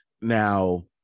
Now